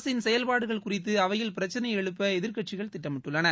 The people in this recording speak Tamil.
அரசின் செயல்பாடுகள் குறித்து அவையில் பிரச்சினை எழுப்ப எதிர்கட்சிகள் திட்டமிட்டுள்ளன